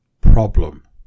problem